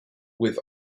with